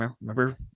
remember